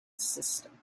system